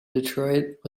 detroit